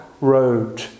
road